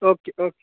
okay okay